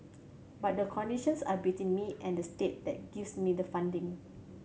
but the conditions are between me and the state that gives me the funding